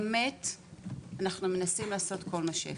סופיה, באמת שאנחנו מנסים לעשות כל מה שאפשר,